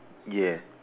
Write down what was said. ya